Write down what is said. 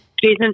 Jason